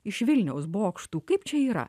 iš vilniaus bokštų kaip čia yra